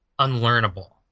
unlearnable